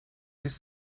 his